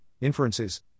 inferences